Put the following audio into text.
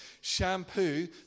shampoo